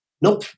nope